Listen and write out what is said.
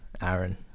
Aaron